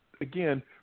again